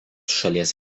šalies